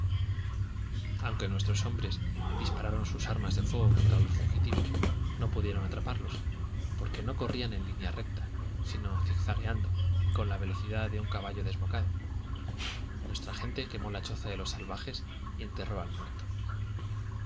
aunque nuestros hombres dispararon sus armas de fuego contra los fugitivos no pudieron atraparlos porque no corrían en línea recta sino zigzagendo y con la velocidad de un caballo desbocado nuestra gente quemó la choza de los salvajes y enterró al muerto